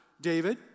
David